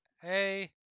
Hey